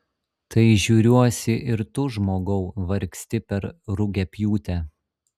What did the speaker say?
tai žiūriuosi ir tu žmogau vargsti per rugiapjūtę